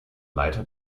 leiter